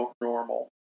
normal